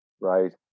Right